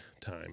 time